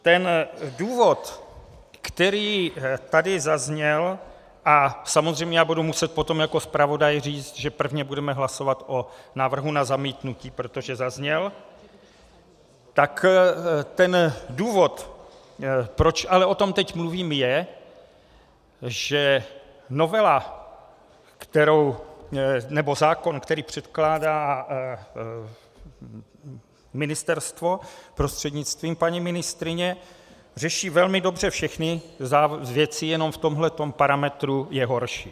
Ten důvod, který tady zazněl a samozřejmě já budu muset potom jako zpravodaj říct, že prvně budeme hlasovat o návrhu na zamítnutí, protože zazněl tak ten důvod, proč ale o tom teď mluvím, je, že novela, kterou, nebo zákon, který předkládá ministerstvo prostřednictvím paní ministryně, řeší velmi dobře všechny věci, jenom v tomhle parametru je horší.